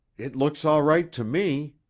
it looks all right to me.